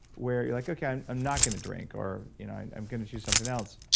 where you're like, okay, i'm i'm not going to drink, or you know i'm going to choose something else?